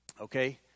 Okay